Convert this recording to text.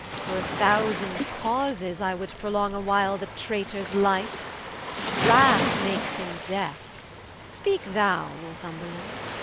for a thousand causes i would prolong a while the traytors life wrath makes him deafe speake thou northumberland